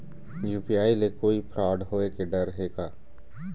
UPI ले कोई fraud होए के डर हे का?